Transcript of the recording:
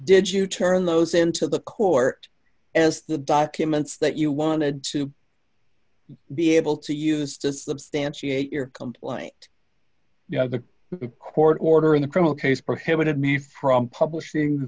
did you turn those into the court as the documents that you wanted to be able to use to substantiate your complaint you know the court order in the criminal case prohibited me from publishing